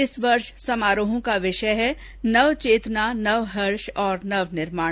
इस वर्ष समारोहों का विषय है नव चेतना नव हर्ष और नव निर्माण